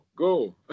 Go